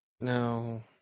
No